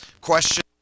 question